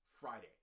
Friday